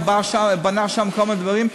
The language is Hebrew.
הוא בנה שם כל מיני דברים,